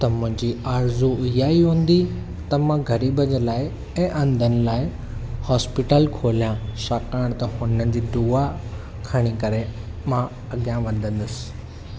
त मुंहिंजी आरज़ू इहा ई हूंदी त मां ग़रीबनि जे लाइ ऐं अंधनि लाइ हॉस्पिटल खोलिया छाकाणि त हुननि जी दुआ खणी करे मां अॻियां वधंदुसि